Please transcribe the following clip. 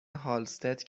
هالستد